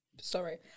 sorry